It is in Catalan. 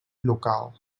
local